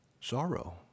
Sorrow